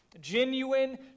genuine